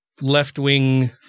left-wing